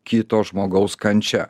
kito žmogaus kančia